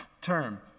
term